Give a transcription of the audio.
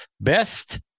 best